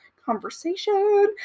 conversation